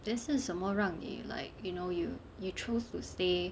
then 是什么让你 like you know you you choose to stay